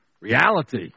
reality